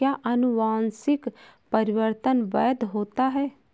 क्या अनुवंशिक परिवर्तन वैध होता है?